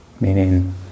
Meaning